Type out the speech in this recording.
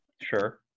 Sure